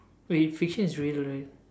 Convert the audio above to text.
wait fiction is real right